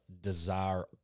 desire